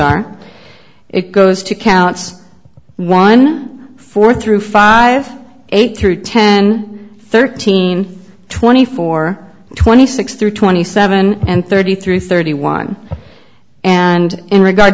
are it goes to counts one four through five eight through ten thirteen twenty four twenty six through twenty seven and thirty three thirty one and in regard